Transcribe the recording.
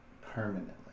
permanently